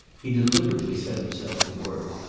he deliberately set himself to work,